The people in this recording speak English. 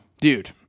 Dude